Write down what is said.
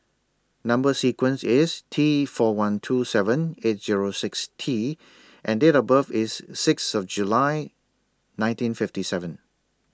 Number sequence IS T four one two seven eight Zero six T and Date of birth IS Sixth of July nineteen fifty seven